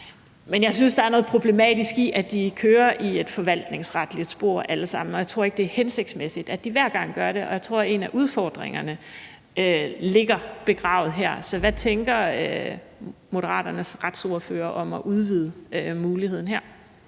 Men jeg synes, der er noget problematisk i, at de alle sammen kører i et forvaltningsretligt spor, og jeg tror ikke, det er hensigtsmæssigt, at de hver gang gør det, og jeg tror, at en af udfordringerne ligger begravet her. Så hvad tænker Moderaternes retsordfører om at udvide muligheden her?